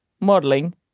modeling